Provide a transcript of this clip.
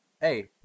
Hey